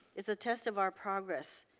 it's a test of our progress.